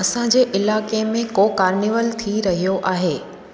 असांजे इलाइके में को कार्निवल थी रहियो आहे